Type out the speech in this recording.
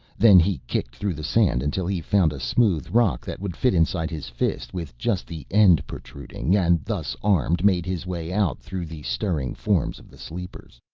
then he kicked through the sand until he found a smooth rock that would fit inside his fist with just the end protruding, and thus armed made his way out through the stirring forms of the sleepers.